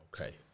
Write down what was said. Okay